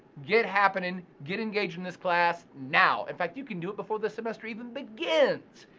get happening, get engaged in this class now. in fact you can do it before the semester even begins.